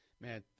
Man